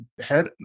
Head